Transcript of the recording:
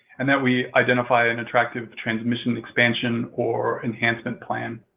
and that we identify an attractive transmission expansion or enhancement plan.